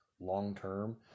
long-term